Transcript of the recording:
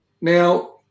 Now